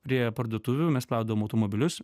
prie parduotuvių mes plaudavom automobilius